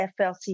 flc